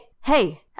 hey